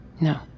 No